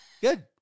good